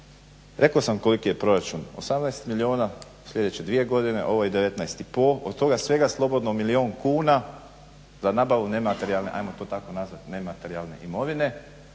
rekao sam koliki je proračun 18 milijuna sljedeće 2 godine, ove je 19,5, od toga svega slobodno milijun kuna za nabavu nematerijalne, ajmo